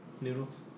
noodles